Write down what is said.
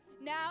now